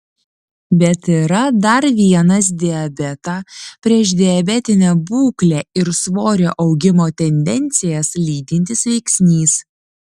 bet yra dar vienas diabetą priešdiabetinę būklę ir svorio augimo tendencijas lydintis veiksnys